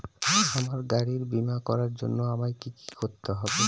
আমার গাড়ির বীমা করার জন্য আমায় কি কী করতে হবে?